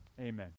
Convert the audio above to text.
Amen